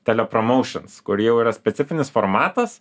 telepromaušins kur jau yra specifinis formatas